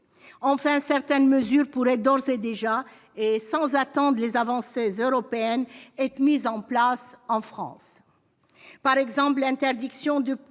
Enfin, certaines mesures pourraient d'ores et déjà, sans attendre les avancées européennes, être mises en place en France